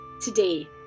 today